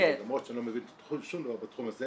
למרות שאני לא מבין שום דבר בתחום הזה